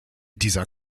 dieser